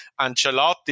Ancelotti